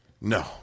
No